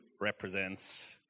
represents